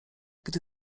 gdy